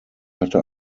hatte